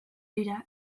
dira